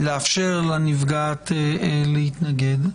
לאפשר לנפגעת להתנגד.